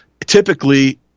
typically